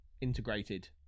integrated